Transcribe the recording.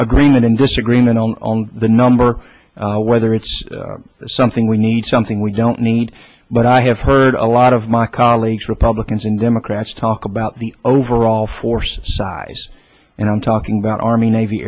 agreement and disagreement on the number whether it's something we need something we don't need but i have heard a lot of my colleagues republicans and democrats talk about the overall force size and i'm talking about army navy